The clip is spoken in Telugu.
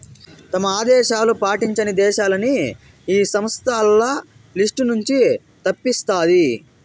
తమ ఆదేశాలు పాటించని దేశాలని ఈ సంస్థ ఆల్ల లిస్ట్ నుంచి తప్పిస్తాది